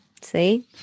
See